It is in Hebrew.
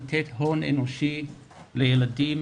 לתת הון אנושי לילדים,